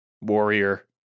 Warrior